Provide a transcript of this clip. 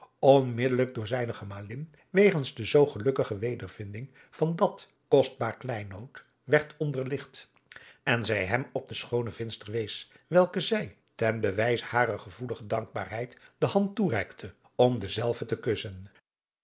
onmiddellijk door zijne gemalin wegens de zoo gelukkige wedervinding van dat kostbaar kleinood werd onderligt en zij hem op de schoone vindster wees welke zij ten bewijze harer gevoelige dankbaarheid de hand toereikte om dezelve te kussen